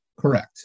Correct